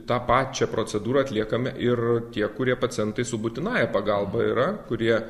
tą pačią procedūrą atliekame ir tie kurie pacientai su būtinąja pagalba yra kurie